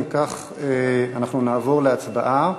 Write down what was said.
אם כך, אנחנו נעבור להצבעה.